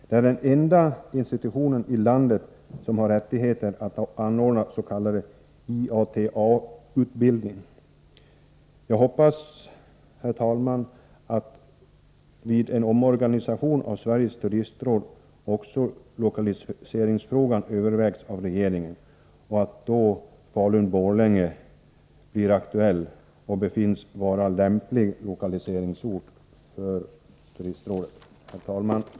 Där finns den enda institution i landet som har rättighet anordna s.k. IATA-utbildning. Jag hoppas, herr talman, att också omlokaliseringsfrågan vid en omorganisation av Sveriges Turistråd övervägs av regeringen och att Falun-Borlänge då blir aktuellt och befinns vara en lämplig lokaliseringsort för Turistrådet. Herr talman!